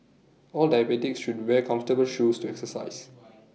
all diabetics should wear comfortable shoes to exercise